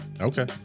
Okay